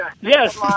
Yes